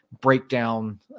breakdown